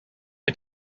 est